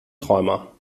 träumer